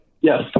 yes